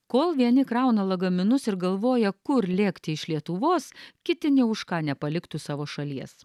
kol vieni krauna lagaminus ir galvoja kur lėkti iš lietuvos kiti nė už ką nepaliktų savo šalies